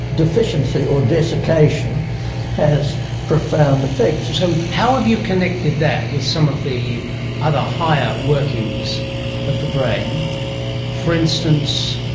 deficiency or desiccation has profound effects. so how have you connected that with some of the other higher workings of the brain for instance,